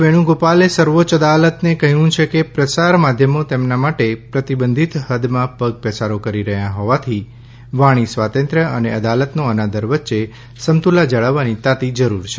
વેણુગોપાલે સર્વોચ્ય અદાલતને કહ્યું છે કે પ્રસાર માધ્યમો તેમના માટે પ્રતિબંધિત હૃદમાં પગપેસારો કરી રહ્યા હોવાથી વાણી સ્વાતંત્ર્ય અને અદાલતનો અનાદર વચ્ચે સમતુલા જાળવવાની તાતી જરૂર છે